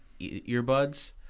earbuds